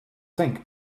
think